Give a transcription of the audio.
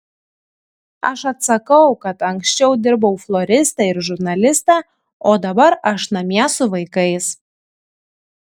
aš atsakau kad anksčiau dirbau floriste ir žurnaliste o dabar aš namie su vaikais